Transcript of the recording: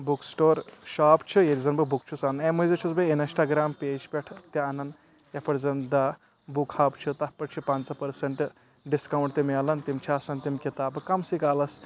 book store shop چھُ ییٚتہِ زن بہٕ بُک چھُس انان امہِ مزید چھُس بہٕ انسٹاگرام پیج پٮ۪ٹھ تہِ انا ن یتھ پٮ۪ٹھ زن د بُک ہب چھُ تتھ پٮ۪ٹھ چھُ پنژہ پٔرسنٹ ڈسکاونٛٹ تہِ مِلان تہِ چھِ آسان تِم کِتابہٕ کمسٕے کالس